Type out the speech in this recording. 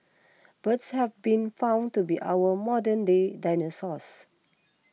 birds have been found to be our modern day dinosaurs